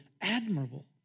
admirable